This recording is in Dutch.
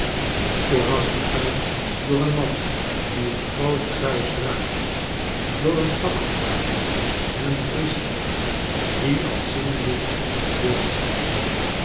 voorafgegaan door een man die eengroot kruis draagt door een fakkeldrager en een pri ester die al zingende